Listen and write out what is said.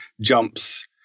jumps